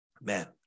Man